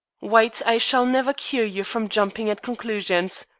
white, i shall never cure you from jumping at conclusions.